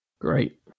Great